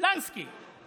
לא נתנו לו.